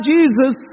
Jesus